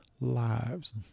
lives